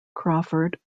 crawford